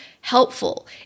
helpful